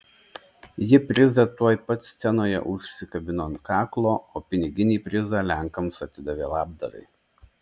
ji prizą tuoj pat scenoje užsikabino ant kaklo o piniginį prizą lenkams atidavė labdarai